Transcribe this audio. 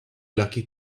lucky